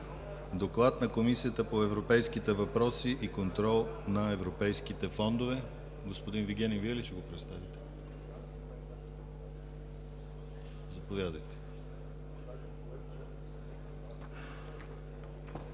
Доклад на Комисията по европейските въпроси и контрол на европейските фондове. Господин Вигенин, Вие ли ще го представите? Заповядайте.